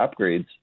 upgrades